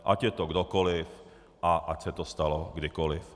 Ať je to kdokoliv a ať se to stalo kdykoliv.